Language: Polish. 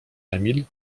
emil